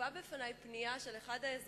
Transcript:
הובאה בפני פנייה של אזרח.